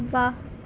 واہ